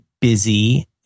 busy